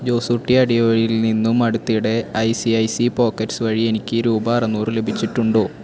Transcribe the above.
ജോസൂട്ടി അടിയോടിയിൽ നിന്നും അടുത്തിടെ I C I C pockets വഴി എനിക്ക് രൂപ അറുനൂറ് ലഭിച്ചിട്ടുണ്ടോ